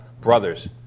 brothers